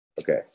Okay